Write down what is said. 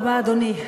תודה רבה, אדוני,